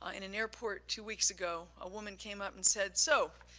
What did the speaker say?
ah in an airport two weeks ago, a woman came up and said, so,